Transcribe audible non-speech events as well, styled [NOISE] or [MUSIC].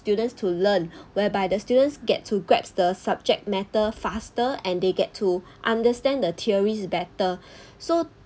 students to learn whereby the students get to grasp the subject matter faster and they get to understand the theories better [BREATH] so